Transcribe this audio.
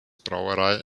brauerei